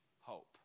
hope